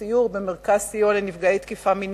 במרכז סיוע לנפגעי תקיפה מינית.